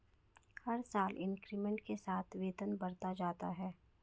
हर साल इंक्रीमेंट के साथ वेतन बढ़ता जाता है